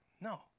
No